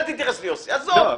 אל תתייחס ליוסי, עזוב.